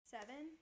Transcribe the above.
Seven